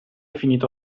finito